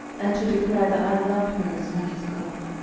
and to declare that i loved her as much as god.